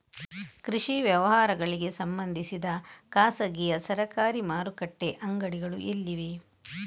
ಕೃಷಿ ವ್ಯವಹಾರಗಳಿಗೆ ಸಂಬಂಧಿಸಿದ ಖಾಸಗಿಯಾ ಸರಕಾರಿ ಮಾರುಕಟ್ಟೆ ಅಂಗಡಿಗಳು ಎಲ್ಲಿವೆ?